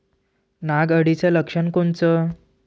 नाग अळीचं लक्षण कोनचं?